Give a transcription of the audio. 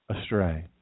astray